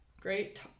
great